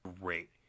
great